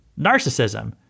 narcissism